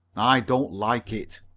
i don't like it.